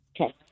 Okay